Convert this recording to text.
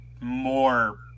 more